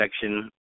Section